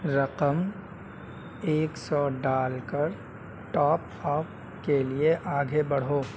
رقم ایک سو ڈال کر ٹاپ اپ کے لیے آگے بڑھو